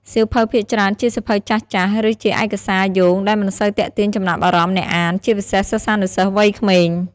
សៀវភៅភាគច្រើនជាសៀវភៅចាស់ៗ ឬជាឯកសារយោងដែលមិនសូវទាក់ទាញចំណាប់អារម្មណ៍អ្នកអាន ជាពិសេសសិស្សានុសិស្សវ័យក្មេង។